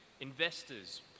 investors